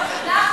שהנושא הזה יגיע,